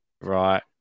right